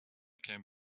came